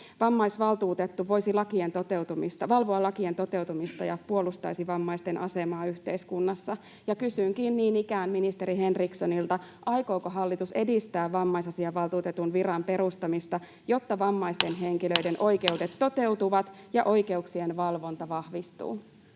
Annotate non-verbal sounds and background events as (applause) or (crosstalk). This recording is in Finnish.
Vammaisvaltuutettu voisi valvoa lakien toteutumista ja puolustaisi vammaisten asemaa yhteiskunnassa, ja kysynkin niin ikään ministeri Henrikssonilta: aikooko hallitus edistää vammaisasiavaltuutetun viran perustamista, jotta vammaisten henkilöiden (noise) oikeudet toteutuvat ja oikeuksien valvonta vahvistuu?